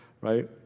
right